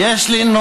יש לי, מי שמך?